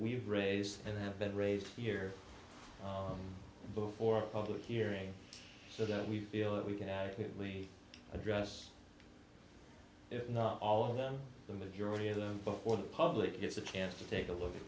we've raised and been raised here before a public hearing so that we feel that we can adequately address if not all of them the majority of them before the public gets a chance to take a look at